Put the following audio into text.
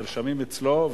נרשמים אצלו,